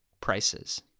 prices